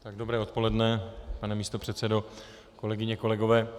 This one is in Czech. Tak dobré odpoledne, pane místopředsedo, kolegyně, kolegové.